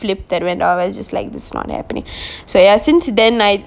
flip that went out and like this morning so ya since then I